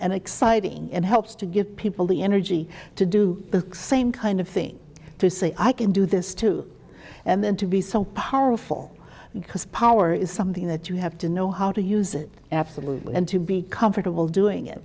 and exciting and helps to give people the energy to do the same kind of thing to say i can do this too and then to be so powerful because power is something that you have to know how to use it absolutely and to be comfortable doing it